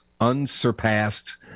unsurpassed